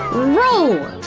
roll!